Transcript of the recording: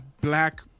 black